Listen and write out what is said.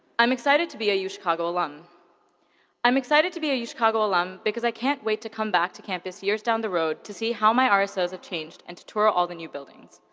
i'm excited to be a yeah uchicago alum i'm excited to be a uchicago alum because i can't wait to come back to campus years down the road to see how my ah rsos have changed and to tour all the new buildings.